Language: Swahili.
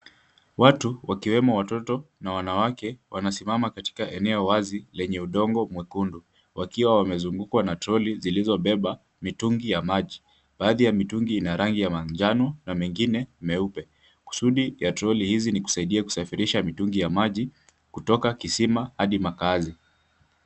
Watub wakiwemo watoto na wanawake wanasimama katika eneo wazi lenye udongo mwekundu wakiwa wamezungukwa na troli zilizobeba mitungi ya maji. Baadhi ya mitungi ina rangi ya manjano na mengine meupe. Kusudi ya troli hizi ni kusaidia kusafirisha mitungi ya maji kutoka kisima hadi makaazi.